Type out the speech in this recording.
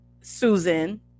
susan